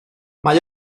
mae